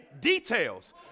details